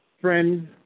friend